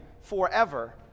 forever